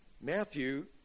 Matthew